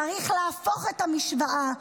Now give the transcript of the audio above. צריך להפוך את המשוואה,